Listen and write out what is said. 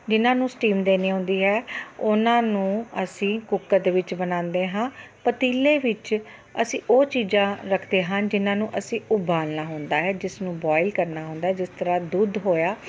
ਜਿਹਨਾਂ ਨੂੰ ਸਟੀਮ ਦੇਣੀ ਹੁੰਦੀ ਹੈ ਉਹਨਾਂ ਨੂੰ ਅਸੀਂ ਕੁੱਕਰ ਦੇ ਵਿੱਚ ਬਣਾਉਂਦੇ ਹਾਂ ਪਤੀਲੇ ਵਿੱਚ ਅਸੀਂ ਉਹ ਚੀਜ਼ਾਂ ਰੱਖਦੇ ਹਨ ਜਿਹਨਾਂ ਨੂੰ ਅਸੀਂ ਉਬਾਲਣਾ ਹੁੰਦਾ ਹੈ ਜਿਸ ਨੂੰ ਬੋਇਲ ਕਰਨਾ ਹੁੰਦਾ ਜਿਸ ਤਰ੍ਹਾਂ ਦੁੱਧ ਹੋਇਆ